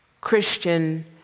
Christian